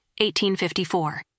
1854